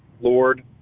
Lord